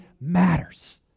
matters